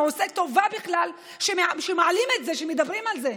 הוא עושה טובה בכלל שמעלים את זה, שמדברים על זה.